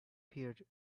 appeared